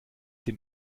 den